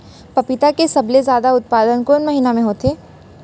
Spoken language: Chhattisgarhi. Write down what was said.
पपीता के सबले जादा उत्पादन कोन महीना में होथे?